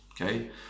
Okay